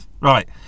right